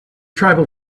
tribal